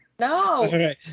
No